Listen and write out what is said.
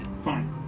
Fine